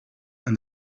and